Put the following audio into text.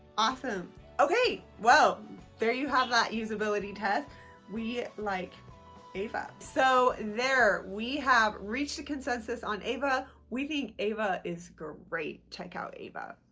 awesome okay well there you have that usability test we like ava, so there we have reached a consensus on ava we think ava is great. check out ava.